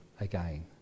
again